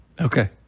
Okay